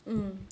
mm